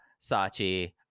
Sachi